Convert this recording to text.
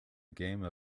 game